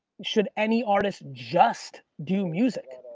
should any artists just do music?